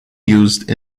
used